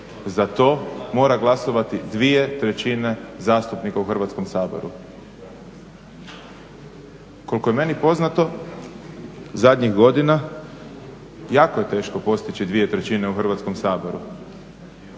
Za to mora glasovati dvije trećine zastupnika u Hrvatskom saboru. Koliko je meni poznato, zadnjih godina jako je teško postići dvije trećine u Hrvatskom saboru.